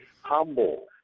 Humble